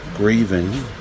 Grieving